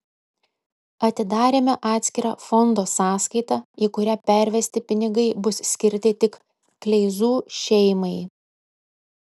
atidarėme atskirą fondo sąskaitą į kurią pervesti pinigai bus skirti tik kleizų šeimai